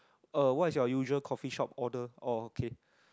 uh what is your usual coffee shop order oh okay